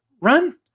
run